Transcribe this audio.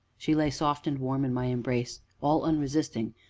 she lay soft and warm in my embrace, all unresisting,